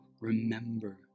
Remember